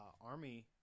army